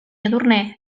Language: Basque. edurne